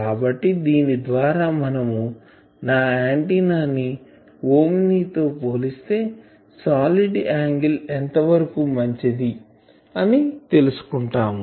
కాబట్టి దీని ద్వారా మనము నా ఆంటిన్నా ని ఓమ్ని తో పోలిస్తే సాలిడ్ యాంగిల్ ఎంత వరకు మంచిది అని తెలుసుకుంటాము